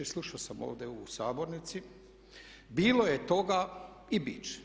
Slušao sam ovdje u sabornici, bilo je toga i bit će.